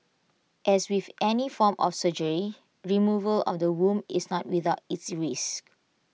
as with any form of surgery removal of the womb is not without its risks